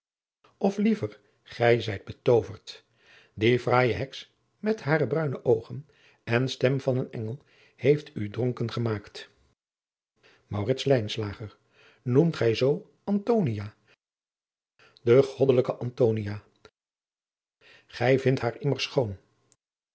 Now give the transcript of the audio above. of liever gij zijt betooverd die fraaije heks met hare bruine oogen en stem van een engel heeft u dronken gemaakt maurits lijnslager noemt gij zoo antonia de goddelijke antonia gij vindt haar immers schoon